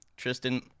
Tristan